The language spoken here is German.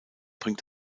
bringt